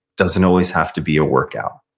doesn't always have to be a workout,